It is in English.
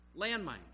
landmines